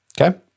okay